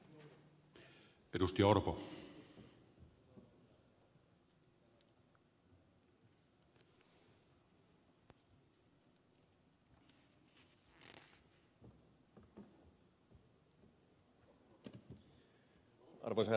arvoisa herra puhemies